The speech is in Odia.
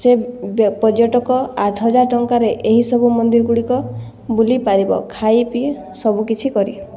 ସେ ପର୍ଯ୍ୟଟକ ଆଠହଜାର ଟଙ୍କାରେ ଏହିସବୁ ମନ୍ଦିର ଗୁଡ଼ିକ ବୁଲିପାରିବ ଖାଇପିଇ ସବୁକିଛି କରି